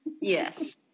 Yes